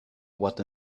what